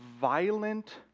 violent